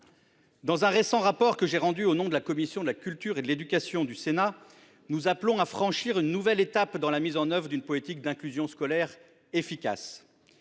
Dans un récent rapport que j'ai rendu au nom de la commission de la culture, de l'éducation et de la communication du Sénat, nous appelons à franchir une nouvelle étape dans la mise en oeuvre d'une politique d'inclusion scolaire efficace